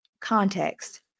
context